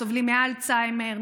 שסובלים מאלצהיימר,